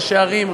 ראשי הערים,